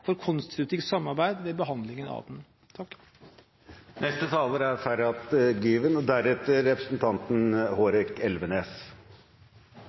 for konstruktivt samarbeid ved behandlingen av den. På Soria Moria lovet Arbeiderpartiet, SV og